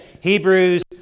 Hebrews